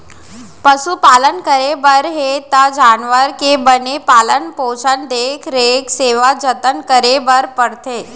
पसु पालन करे बर हे त जानवर के बने पालन पोसन, देख रेख, सेवा जनत करे बर परथे